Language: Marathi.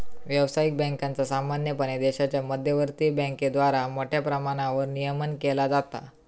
व्यावसायिक बँकांचा सामान्यपणे देशाच्या मध्यवर्ती बँकेद्वारा मोठ्या प्रमाणावर नियमन केला जाता